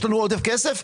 יש לנו עודף כסף?